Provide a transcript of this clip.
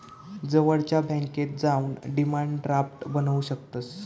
जवळच्या बॅन्केत जाऊन डिमांड ड्राफ्ट बनवू शकतंस